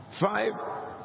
Five